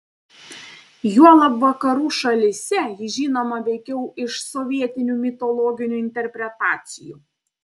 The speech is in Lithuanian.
juolab vakarų šalyse ji žinoma veikiau iš sovietinių mitologinių interpretacijų